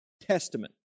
testament